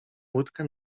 łódkę